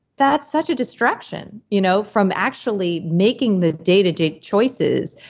that's such a distraction you know from actually making the day to day choices,